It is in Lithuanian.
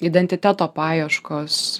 identiteto paieškos